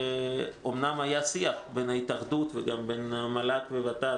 אמנם היה שיח בין ההתאחדות וגם בין מל"ג וות"ת